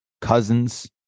cousins